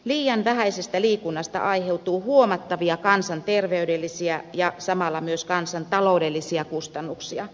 liian vähäisestä liikunnasta aiheutuu huomattavia kansanterveydellisiä ja samalla myös kansantaloudellisia kustannuksia